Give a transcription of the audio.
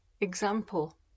Example